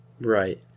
Right